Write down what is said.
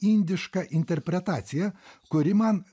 indišką interpretaciją kuri man